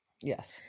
Yes